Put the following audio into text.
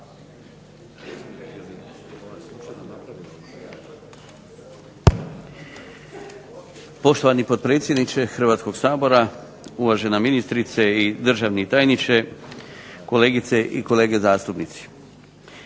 Poštovani potpredsjedniče Hrvatskoga sabora, uvažena ministrice i državni tajniče, kolegice i kolege zastupnici.